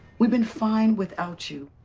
we've been fine without you.